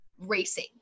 racing